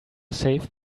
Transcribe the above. save